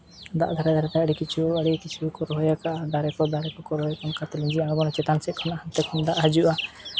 ᱫᱟᱜ ᱫᱷᱟᱨᱮ ᱫᱷᱟᱨᱮᱛᱮ ᱟᱹᱰᱤ ᱠᱤᱪᱷᱩ ᱟᱹᱰᱤ ᱠᱤᱪᱷᱩ ᱠᱚ ᱨᱚᱦᱚᱭ ᱠᱟᱜᱼᱟ ᱫᱟᱨᱮ ᱠᱚ ᱫᱟᱨᱮ ᱠᱚᱠᱚ ᱨᱚᱦᱚᱭᱟᱜᱼᱟ ᱚᱱᱠᱟᱛᱮ ᱞᱤᱸᱡᱤ ᱟᱲᱜᱚᱱᱟ ᱪᱮᱛᱟᱱ ᱥᱮᱫ ᱠᱷᱚᱱᱟᱜ ᱦᱟᱱᱛᱮ ᱠᱷᱚᱱᱟᱜ ᱫᱟᱜ ᱦᱤᱡᱩᱜᱼᱟ